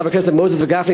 חברי הכנסת מוזס וגפני,